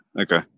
Okay